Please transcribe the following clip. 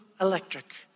electric